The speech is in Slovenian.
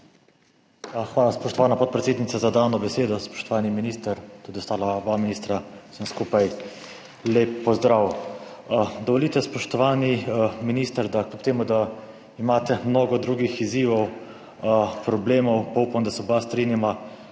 Hvala, spoštovana podpredsednica, za dano besedo. Spoštovani minister! Tudi obema ostalima ministroma, vsem skupaj lep pozdrav! Dovolite, spoštovani minister, kljub temu da imate mnogo drugih izzivov, problemov, upam, da se oba strinjava,